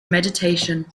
meditation